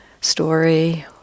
story